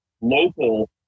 local